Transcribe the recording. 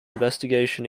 investigation